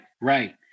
right